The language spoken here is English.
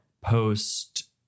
post